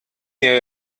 mir